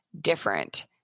different